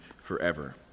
forever